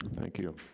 thank you.